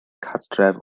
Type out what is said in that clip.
cartref